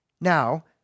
Now